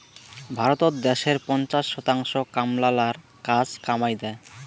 ভারতত দ্যাশের পঞ্চাশ শতাংশ কামলালার কাজ কামাই দ্যায়